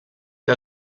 que